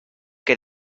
que